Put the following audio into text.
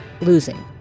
losing